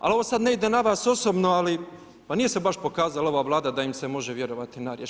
Ali ovo sada ne ide na vas osobno ali pa nije se baš pokazala ova Vlada da im se može vjerovati na riječ.